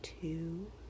two